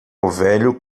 velho